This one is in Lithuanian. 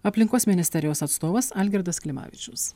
aplinkos ministerijos atstovas algirdas klimavičius